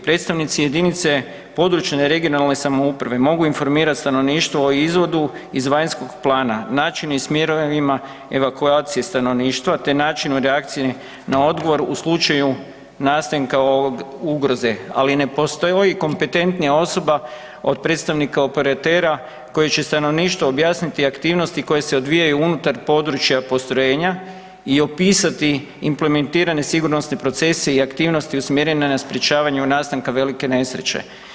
Predstavnici jedinice područne (regionalne) samouprave mogu informirat stanovništvo o izvodu iz vanjskog plana, način i smjerovima evakuacije stanovništva te načinu reakcije na odgovor u slučaju nastanka ove ugroze ali ne postoji kompetentnija osoba od predstavnika operatera koji će stanovništvu objasniti aktivnosti koje se odvijaju unutar područja postrojenja i opasti implementirane sigurnosne procese i aktivnosti usmjerene na sprječavanje nastanka velike nesreće.